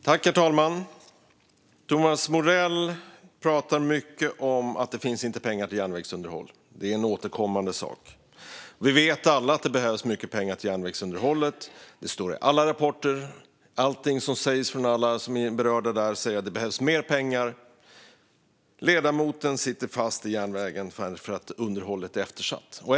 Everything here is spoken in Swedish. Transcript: Herr talman! Thomas Morell pratar mycket om att det inte finns pengar till järnvägsunderhåll; det är en återkommande sak. Vi vet alla att det behövs mycket pengar till järnvägsunderhållet. Det står i alla rapporter. Alla berörda säger att det behövs mer pengar. Ledamoten sitter fast på järnvägen för att underhållet är eftersatt.